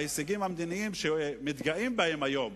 ההישגים המדיניים שמתגאים בהם היום,